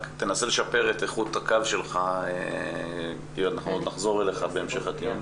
רק תנסה לשפר את איכות הקו שלך כי אנחנו נחזור אליך בהמשך הדיון.